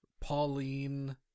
Pauline